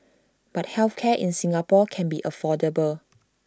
but health care in Singapore can be affordable